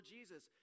Jesus